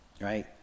right